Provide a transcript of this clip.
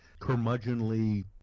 curmudgeonly